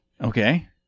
Okay